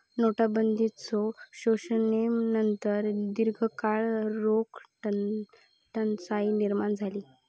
नोटाबंदीच्यो घोषणेनंतर दीर्घकाळ रोख टंचाई निर्माण झाली